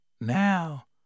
Now